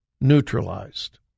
Neutralized